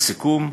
לסיכום,